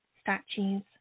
statues